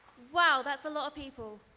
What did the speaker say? wow, that's a lot of people.